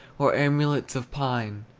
or amulets of pine.